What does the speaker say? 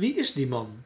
wie is die man